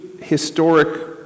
historic